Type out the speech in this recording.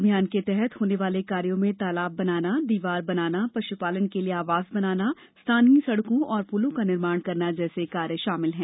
अभियान के तहत होने वाले कार्यों में तालाब बनाना दीवार बनाना पशुपालन के लिए आवास बनाना स्थानीय सड़कों और पुलों का निर्माण करना जैसे कार्य शामिल हैं